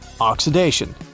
oxidation